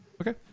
Okay